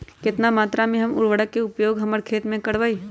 कितना मात्रा में हम उर्वरक के उपयोग हमर खेत में करबई?